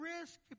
risk